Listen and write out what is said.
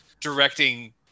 directing